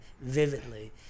vividly